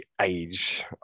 age